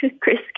Chris